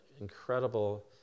incredible